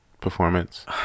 performance